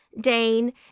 Dane